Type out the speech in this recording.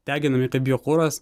deginami kaip biokuras